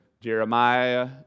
Jeremiah